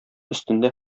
өстендә